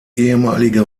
ehemalige